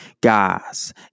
Guys